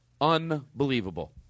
unbelievable